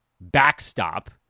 backstop